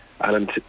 Alan